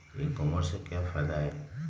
ई commerce के क्या फायदे हैं?